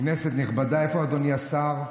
כנסת נכבדה, איפה אדוני השר?